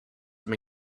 have